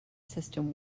system